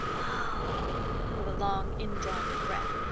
oh! with a long indrawing of breath.